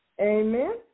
Amen